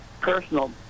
personal